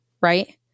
right